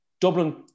Dublin